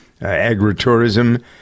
agritourism